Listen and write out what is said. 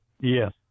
Yes